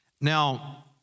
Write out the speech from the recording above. Now